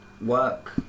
Work